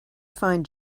find